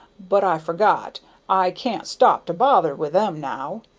but i forgot i can't stop to bother with them now.